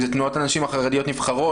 אם זה תנועת הנשים החרדיות 'נבחרות',